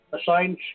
assigned